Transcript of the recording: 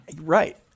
right